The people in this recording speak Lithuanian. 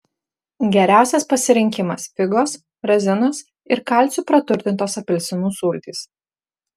geriausias pasirinkimas figos razinos ir kalciu praturtintos apelsinų sultys